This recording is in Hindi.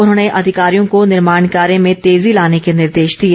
उन्होंने अधिकारियों को निर्माण कार्य में तेजी लाने के निर्देश दिए